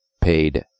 paid